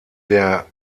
der